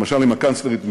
למשל עם הקנצלרית מרקל,